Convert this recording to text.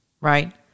right